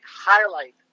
highlight